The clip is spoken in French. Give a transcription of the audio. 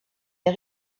est